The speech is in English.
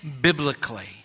biblically